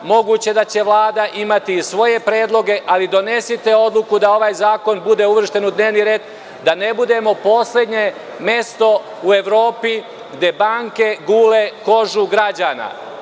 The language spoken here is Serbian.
Moguće da će Vlada imati i svoje predloge, ali donesite odluku da ovaj zakon bude uvršten u dnevni red, da ne budemo poslednje mesto u Evropi gde banke gule kožu građana.